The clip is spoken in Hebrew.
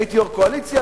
הייתי יושב-ראש קואליציה,